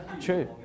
true